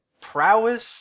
Prowess